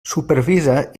supervisa